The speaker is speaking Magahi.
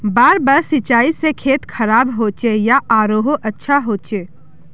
बार बार सिंचाई से खेत खराब होचे या आरोहो अच्छा होचए?